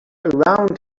around